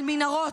על מנהרות,